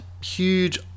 huge